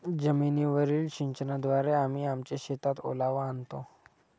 जमीनीवरील सिंचनाद्वारे आम्ही आमच्या शेतात ओलावा आणतो